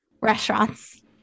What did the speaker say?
restaurants